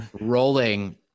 rolling